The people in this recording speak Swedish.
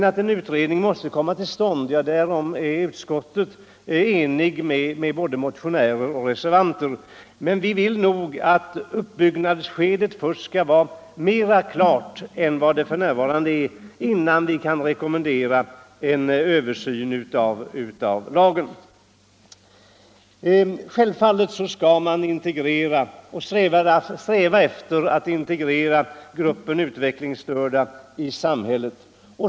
Att en utredning måste komma till stånd, därom är utskottet enigt med både motionärer och reservanter. Vi vill emellertid att uppbyggnadsskedet skall vara mera klart än vad det f.n. är, innan vi kan rekommendera en översyn av lagen. Självfallet skall man sträva efter att integrera gruppen utvecklingsstörda i samhället.